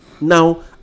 Now